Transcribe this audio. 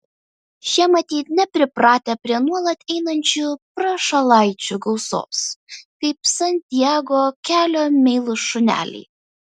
šie matyt nepripratę prie nuolat einančių prašalaičių gausos kaip santiago kelio meilūs šuneliai